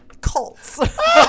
Cults